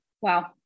Wow